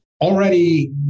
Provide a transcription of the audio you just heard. already